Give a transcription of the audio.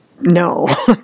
No